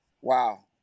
wow